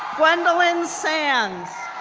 gwendolyn sands,